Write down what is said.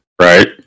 Right